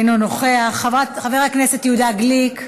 אינו נוכח, חבר הכנסת יהודה גליק,